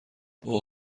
اوه